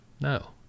No